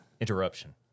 interruption